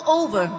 over